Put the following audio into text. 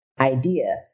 idea